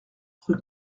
rue